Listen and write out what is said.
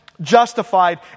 justified